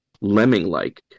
lemming-like